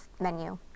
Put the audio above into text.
menu